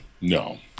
No